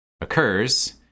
occurs